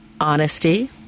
honesty